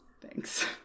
thanks